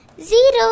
Zero